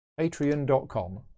patreon.com